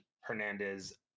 Hernandez